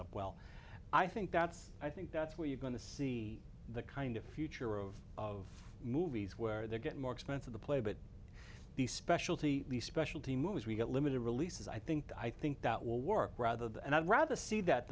up well i think that's i think that's where you're going to see the kind of future of of movies where they get more expensive the play but the specialty specialty movies we've got limited releases i think i think that will work rather than i'd rather see that